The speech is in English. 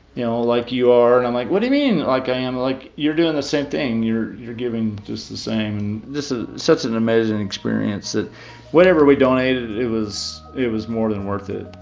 you know, like you are. and i'm like, what do you mean like i am? like, you're doing the same thing. you're you're giving just the same. this is such an amazing experience that whatever we donated, it was it was more than worth it,